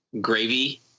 gravy